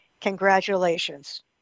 congratulations